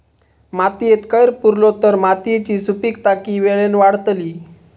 मातयेत कैर पुरलो तर मातयेची सुपीकता की वेळेन वाडतली?